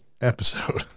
episode